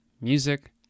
music